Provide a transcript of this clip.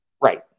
Right